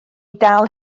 dal